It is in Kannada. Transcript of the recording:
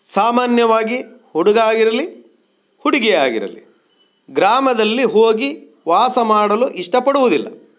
ಸಾಮಾನ್ಯವಾಗಿ ಹುಡುಗ ಆಗಿರಲಿ ಹುಡುಗಿಯೇ ಆಗಿರಲಿ ಗ್ರಾಮದಲ್ಲಿ ಹೋಗಿ ವಾಸ ಮಾಡಲು ಇಷ್ಟಪಡುವುದಿಲ್ಲ